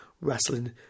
wrestling